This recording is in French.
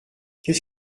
qu’est